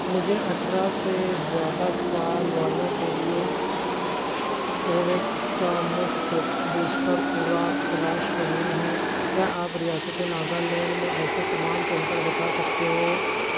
مجھے اٹھرہ سے زیادہ سال والوں کے لیے کو ویکس کا مفت بوسٹر خوراک تلاش کرنی ہے کیا آپ ریاست ناگالینڈ میں ایسے تمام سنٹر بتا سکتے ہو